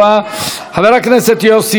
חבר הכנסת יוסי יונה.